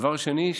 דבר שני,